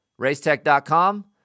racetech.com